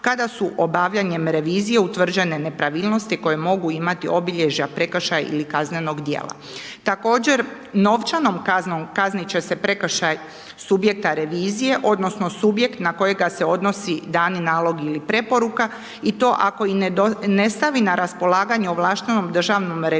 kada su obavljanjem revizije utvrđene nepravilnosti koje mogu imati obilježja prekršaja ili kaznenog djela. Također, novčanom kaznom kaznit će se prekršaj subjekta revizije odnosno subjekt na kojega se odnosi dani nalog ili preporuka i to ako i ne stavi na raspolaganje ovlaštenom državnom revizoru